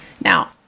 Now